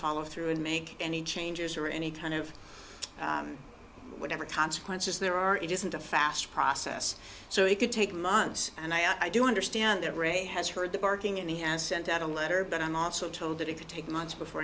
follow through and make any changes or any kind of whatever consequences there are it isn't a fast process so it could take months and i do understand that ray has heard the barking and he has sent out a letter but i'm also told that it could take months before